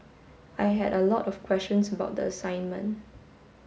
I had a lot of questions about the assignment